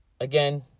Again